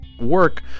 work